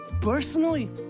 Personally